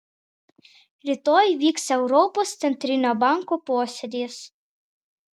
rytoj vyks europos centrinio banko posėdis